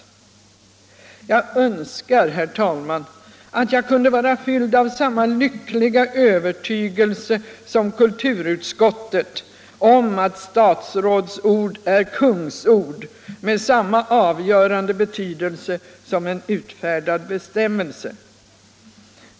Jag önskar, herr talman, att jag kunde vara fylld av samma lyckliga övertygelse som kulturutskottet om att statsråds ord är kungsord med samma avgörande betydelse som en utfärdad bestämmelse.